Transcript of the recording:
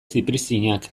zipriztinak